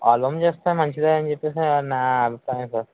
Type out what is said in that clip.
album చేస్తే మంచిదే అని చెప్పేసి నా అభిప్రాయం సార్